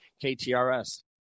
KTRS